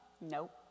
Nope